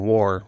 War